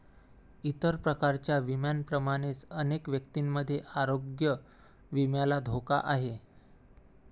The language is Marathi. इतर प्रकारच्या विम्यांप्रमाणेच अनेक व्यक्तींमध्ये आरोग्य विम्याला धोका आहे